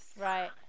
Right